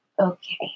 Okay